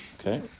Okay